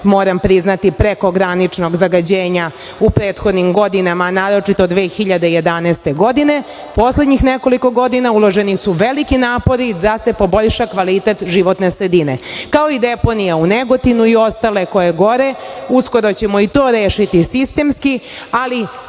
moram priznati prekograničnog zagađenja u prethodnim godinama, naročito 2011. godine, a poslednjih nekoliko godina uloženi su veliki napori da se poboljša kvalitet životne sredine, kao i deponija u Negotinu i ostale koje gore, a uskoro ćemo i to rešiti i sistemski, ali